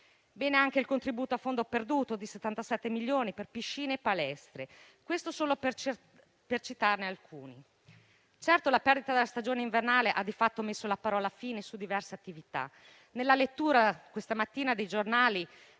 è anche il contributo a fondo perduto di 77 milioni per piscine e palestre, solo per citare alcuni provvedimenti. Di certo la perdita della stagione invernale ha di fatto messo la parola fine su diverse attività. Questa mattina nei giornali